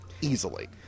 Easily